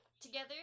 Together